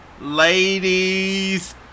ladies